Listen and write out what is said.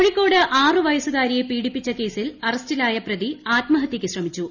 കോഴിക്കോട് ആറ് പ്യ്സ്സുകാരിയെ പീഡിപ്പിച്ച കേസിൽ അറസ്റ്റിലായ പ്രത്യി ആത്മഹത്യയ്ക്ക് ശ്രമിച്ചു